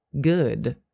good